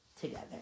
together